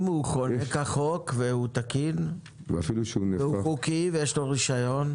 אם הוא חונה כחוק והוא תקין והוא חוקי ויש לו רישיון.